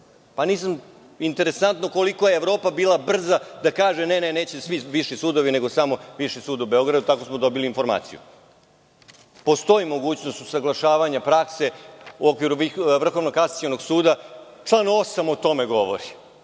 prakse. Interesantno je koliko je Evropa bila brza da kaže – ne, neće svi viši sudovi nego samo Viši sud u Beogradu. Tako smo dobili informaciju. Postoji mogućnost usaglašavanja prakse u okviru VKS, član 8. ovog istog zakona o tome govori.